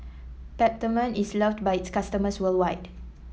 Peptamen is loved by its customers worldwide